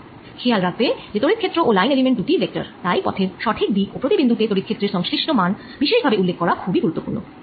খেয়াল রাখবে যে তড়িৎ ক্ষেত্র ও লাইন এলিমেন্ট দুটিই ভেক্টর তাই পথের সঠিক দিক ও প্রতি বিন্দু তে তড়িৎ ক্ষেত্রের সংশ্লিষ্ট মান বিশেষ ভাবে উল্লেখ করা খুবই গুরুত্বপূর্ণ